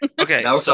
okay